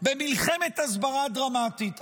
במלחמת הסברה דרמטית,